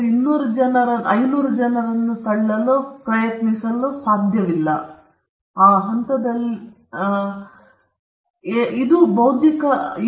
ಈಗ ನೀವು ಆ ಕೋಣಿಯಲ್ಲಿ 500 ಜನರನ್ನು ಹಾಕಲು ಪ್ರಯತ್ನಿಸಿದರೆ ಅವರು ನಿಮ್ಮ ಬಾಗಿಲಿನ ಹಂತದಲ್ಲಿ ಪೊಲೀಸ್ ಆಗಿರಬಹುದು ಏಕೆಂದರೆ ಅದು ಸರಳವಾಗಿ ಸಾಧ್ಯವಿಲ್ಲ